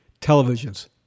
televisions